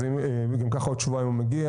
אז אם גם ככה בעוד שבועיים הוא מגיע